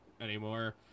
anymore